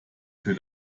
für